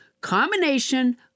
combination